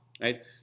right